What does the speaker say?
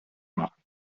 machen